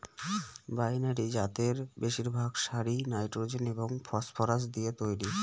binary জাতের বেশিরভাগ সারই নাইট্রোজেন এবং ফসফরাস দিয়ে তৈরি